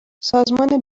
سازمان